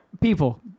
people